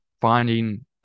finding